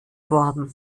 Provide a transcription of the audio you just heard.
worden